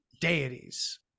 deities